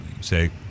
say